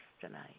tonight